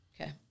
Okay